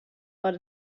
but